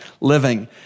living